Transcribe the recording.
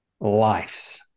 lives